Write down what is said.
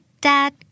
Dad